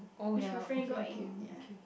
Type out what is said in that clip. which my friend got in ya